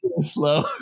Slow